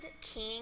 king